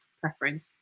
preference